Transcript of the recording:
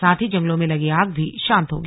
साथ ही जंगलों में लगी आग भी शांत होगी